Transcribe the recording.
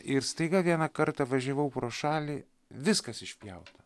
ir staiga vieną kartą važiavau pro šalį viskas išpjauta